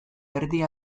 erdi